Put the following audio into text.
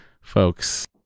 folks